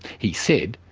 he said,